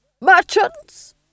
merchants